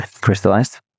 crystallized